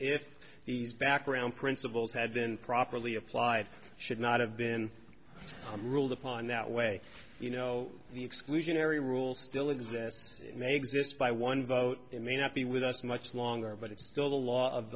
if these background principles had been properly applied should not have been ruled upon that way you know the exclusionary rule still exists it may exist by one vote it may not be with us much longer but it's still the law of